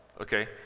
Okay